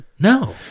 No